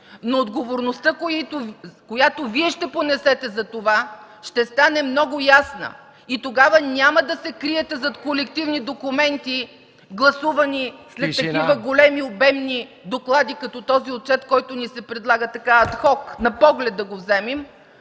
но отговорността, която ще понесете за това, ще стане много ясна и тогава няма да се криете зад колективни документи, гласувани след такива големи, обемни доклади като този отчет, който ни се предлага сега ад хок, на поглед да го вземем.